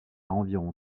environ